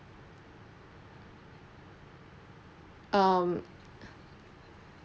um